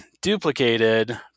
duplicated